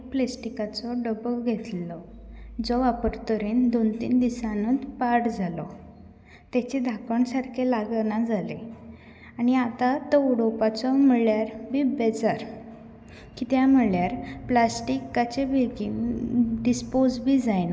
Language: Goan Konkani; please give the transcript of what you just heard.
हांवेंन स्टेनलेस स्टिलाचो एक तोप घेतलो जो एकदम बरो आयलो स्टिलाची आयदनां ही स्वस्त तर आसताच आनी खूब दीस चलतातूय तेंकां कळम बीन लागना बेगीन तशेंच तेंचें आमच्या शरिराक कांय अपाय जायना